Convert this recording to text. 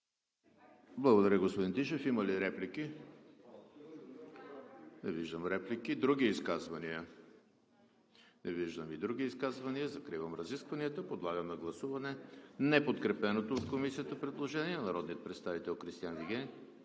Благодаря, господин Тишев. Има ли реплики? Не виждам реплики. Други изказвания? Не виждам. Закривам разискванията. Подлагам на гласуване неподкрепеното от Комисията предложение на народния представител Кристиан Вигенин